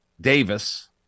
davis